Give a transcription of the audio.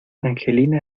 angelina